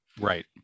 Right